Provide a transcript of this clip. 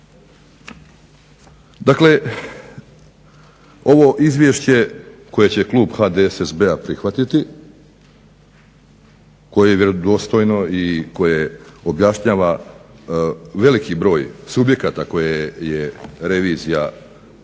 Dakle, ovo Izvješće koje će klub HDSSB-a prihvatiti, koje je vjerodostojno i koje objašnjava veliki broj subjekata koje je revizija prošla